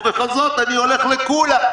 ובכל זאת אני הולך לקולה.